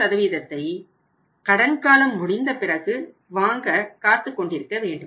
20ஐ கடன் காலம் முடிந்த பிறகு வாங்க காத்துக் கொண்டிருக்க வேண்டும்